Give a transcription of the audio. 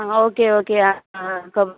हां okay okay आं आं ख